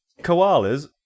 Koalas